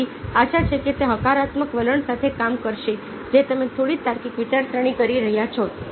તેથી આશા છે કે તે હકારાત્મક વલણ સાથે કામ કરશે જે તમે થોડી તાર્કિક વિચારસરણી કરી રહ્યા છો